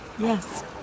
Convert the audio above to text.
Yes